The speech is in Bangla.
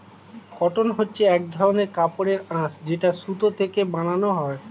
কটন হচ্ছে এক ধরনের কাপড়ের আঁশ যেটা সুতো থেকে বানানো হয়